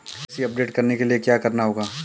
KYC update करने के लिए क्या करना होगा?